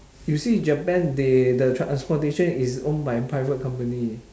you see japan they the transportation is own by private company